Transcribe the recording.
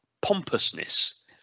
pompousness